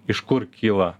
iš kur kyla